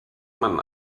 man